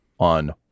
On